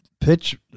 pitch